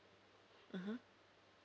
mmhmm